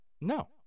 No